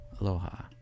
aloha